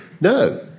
No